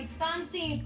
fancy